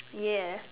yes